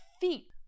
feet